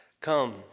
Come